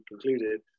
concluded